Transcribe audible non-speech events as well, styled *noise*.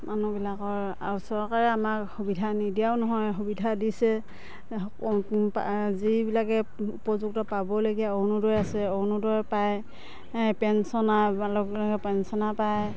মানুহবিলাকৰ আৰু চৰকাৰে আমাক সুবিধা নিদিয়াও নহয় সুবিধা দিছে *unintelligible* যিবিলাকে উপযুক্ত পাবলগীয়া অৰুণোদয় আছে অৰুণোদয় পায় পেঞ্চনাৰ লোকে পেঞ্চনাৰ পায়